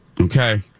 okay